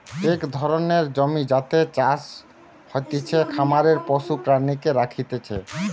এক ধরণের জমি যাতে চাষ হতিছে, খামারে পশু প্রাণীকে রাখতিছে